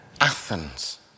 Athens